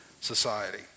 society